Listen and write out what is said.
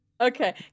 Okay